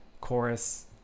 chorus